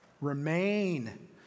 Remain